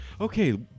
Okay